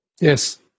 Yes